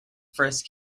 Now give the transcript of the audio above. frisk